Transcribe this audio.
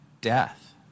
death